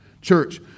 Church